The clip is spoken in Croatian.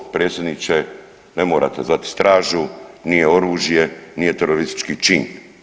Tako predsjedniče ne morate zvati stražu nije oružje, nije teroristički čin.